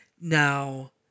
Now